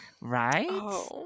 Right